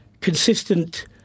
consistent